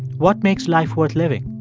what makes life worth living?